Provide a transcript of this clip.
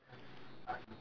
correct correct